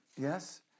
Yes